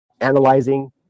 Analyzing